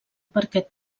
perquè